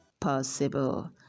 possible